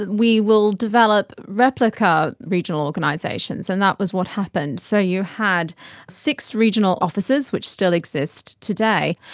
we will develop replica regional organisations and that was what happened. so you had six regional offices, which still exist today,